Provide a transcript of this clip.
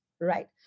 right